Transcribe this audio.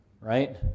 right